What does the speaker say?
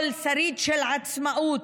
כל שריד של עצמאות,